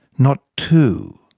not two?